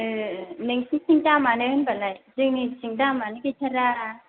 ए नोंसोरनिथिं दामानो होनबालाय जोंनिथिं दामानो गैथारा